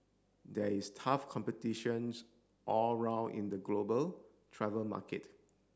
there is tough competitions all round in the global travel market